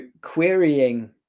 querying